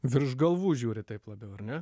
virš galvų žiūri taip labiau ar ne